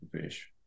fish